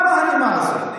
מה הנימה הזו?